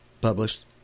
published